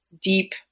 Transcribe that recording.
deep